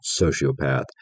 sociopath